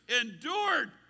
endured